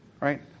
Right